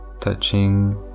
touching